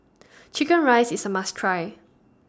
Chicken Rice IS A must Try